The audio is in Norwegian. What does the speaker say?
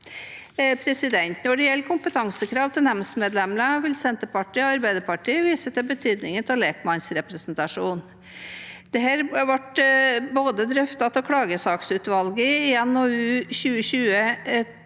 Når det gjelder kompetansekrav til nemndmedlemmer, vil Senterpartiet og Arbeiderpartiet vise til betydningen av lekmannsrepresentasjon. Dette ble drøftet både av klagesaksutvalget i NOU 2010: